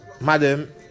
Madam